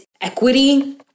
equity